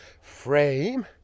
Frame